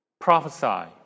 prophesy